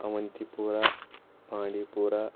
اونتی پورہ بانٛڈی پورہ